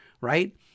right